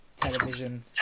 television